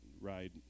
ride